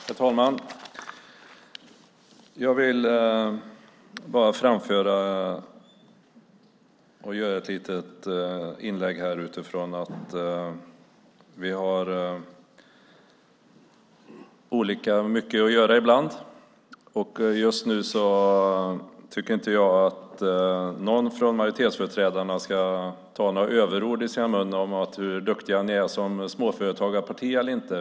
Herr talman! Jag vill bara göra ett litet inlägg utifrån att vi har olika mycket att göra ibland. Just nu tycker inte jag att någon från majoritetsföreträdarna ska ta överord i sin mun om hur duktiga ni är som småföretagarparti eller inte.